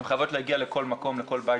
הן חייבות להגיע לכל מקום ולכל בית